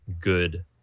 good